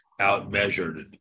outmeasured